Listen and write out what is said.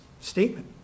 statement